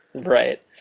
right